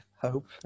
hope